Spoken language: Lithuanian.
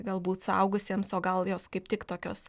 galbūt suaugusiems o gal jos kaip tik tokios